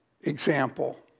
example